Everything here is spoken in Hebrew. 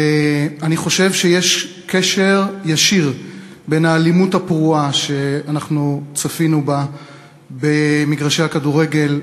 אני חושב שיש קשר ישיר בין האלימות הפרועה שצפינו בה במגרשי הכדורגל,